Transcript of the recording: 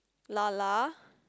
La La